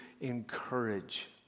encourage